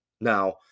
Now